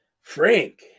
Frank